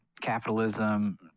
capitalism